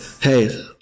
hey